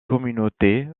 communauté